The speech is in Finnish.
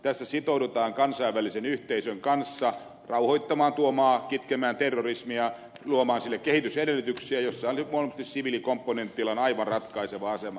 tässä sitoudutaan kansainvälisen yhteisön kanssa rauhoittamaan tuo maa kitkemään terrorismia luomaan sille maalle kehitysedellytyksiä missä luonnollisesti siviilikomponentilla on aivan ratkaiseva asema